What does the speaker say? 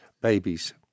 babies